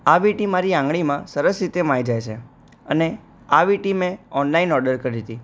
આ વિંટી મારી આંગળીમાં સરસ રીતે માઈ જાય છે અને આ વિંટી મે ઓનલાઈન ઓડર કરી હતી